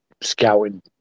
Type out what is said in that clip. scouting